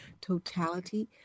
totality